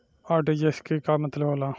RTGS के का मतलब होला?